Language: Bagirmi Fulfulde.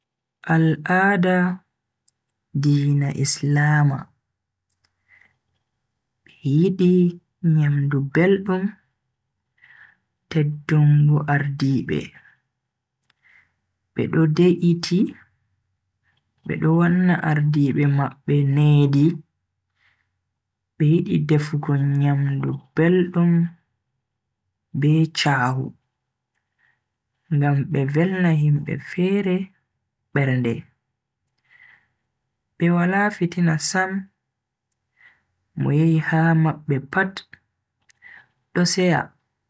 Al'ada diina islama, be yidi nyamdu beldum, teddungo ardiibe. Bedo de'iti, bedo wanna ardiibe mabbe needi. Be yidi defugo nyamdu beldum be chahu ngam be velna himbe fere bernde. Be wala fitina sam, mo yehi ha mabbe pat do seya.